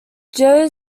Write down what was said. joe